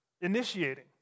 initiating